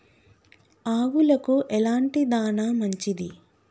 ఆవులకు ఎలాంటి దాణా మంచిది?